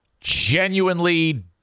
genuinely